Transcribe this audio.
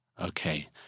Okay